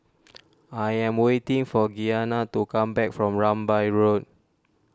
I am waiting for Gianna to come back from Rambai Road